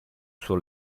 suo